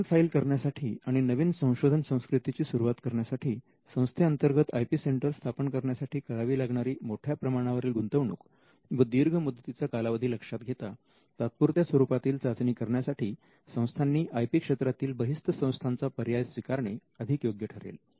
patent file करण्यासाठी आणि नवीन संशोधन संस्कृतीची सुरुवात करण्यासाठी संस्थेअंतर्गत आय पी सेंटर स्थापन करण्यासाठी करावी लागणारी मोठ्या प्रमाणावरील गुंतवणूक व दीर्घ मुदतीचा कालावधी लक्षात घेता तात्पुरत्या स्वरूपातील चाचणी करण्यासाठी संस्थांनी आय पी क्षेत्रातील बहिस्त संस्थांचा पर्याय स्वीकारणे अधिक योग्य ठरेल